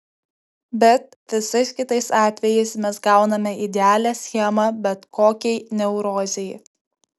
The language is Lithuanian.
bet visais kitais atvejais mes gauname idealią schemą bet kokiai neurozei